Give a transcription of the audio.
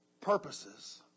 purposes